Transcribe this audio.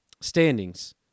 standings